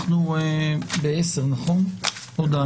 אנחנו בעשר נפגשים.